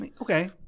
Okay